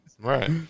Right